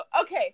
Okay